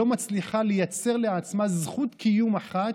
שלא מצליחה לייצר לעצמה זכות קיום אחת,